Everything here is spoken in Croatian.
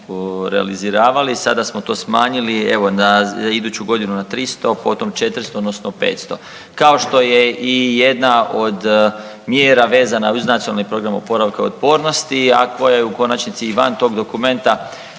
realiziravali, sada smo to i smanjili, evo iduću godinu 300, potom 400 odnosno 500. Kao što je i jedna od mjera vezano uz Nacionalni program oporavka otpornosti a koja je u konačnici i van tog dokumenta